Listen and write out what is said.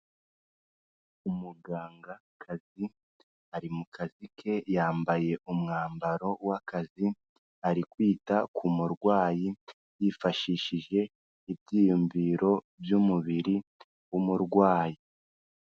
Umugangakazi ari mu kazi ke yambaye umwambaro w'akazi ari kwita ku murwayi yifashishije ibyiyumviro by'umubiri w'umurwayi.